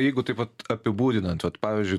jeigu taip vat apibūdinant vat pavyzdžiui